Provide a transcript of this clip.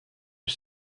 was